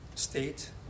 State